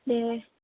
दे